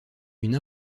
une